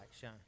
shine